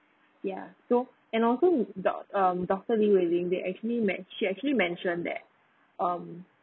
ya so and also with doc~ um doctor lee wei ling that actually men~ she actually mention that um